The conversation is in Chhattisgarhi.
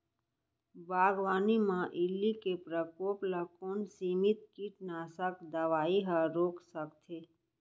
बागवानी म इल्ली के प्रकोप ल कोन सीमित कीटनाशक दवई ह रोक सकथे?